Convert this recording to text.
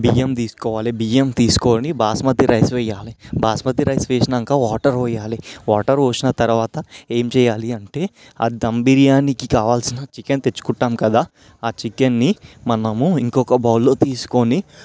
బియ్యం తీసుకోవాలి బియ్యం తీసుకొని బాస్మతి రైస్ వేయాలి బాస్మతి రైస్ వేసాక వాటర్ పోయాలి వాటర్ పోసిన తరువాత ఏం చేయాలి అంటే ఆ దమ్ బిర్యానికి కావలసిన చికెన్ తెచ్చుకుంటాము కదా ఆ చికెన్ని మనము ఇంకొక బౌల్లో తీసుకొని